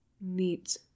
Neat